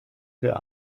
für